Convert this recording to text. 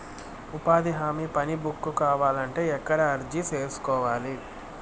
ఉపాధి హామీ పని బుక్ కావాలంటే ఎక్కడ అర్జీ సేసుకోవాలి?